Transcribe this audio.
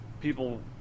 people